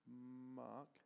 Mark